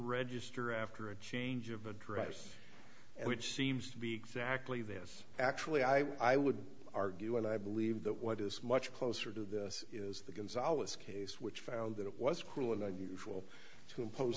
register after a change of address and which seems to be exactly this actually i would argue and i believe that what is much closer to this is the gonzales case which found that it was cruel and unusual to impose